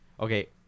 Okay